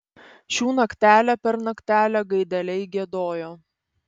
šių naktelę per naktelę gaideliai giedojo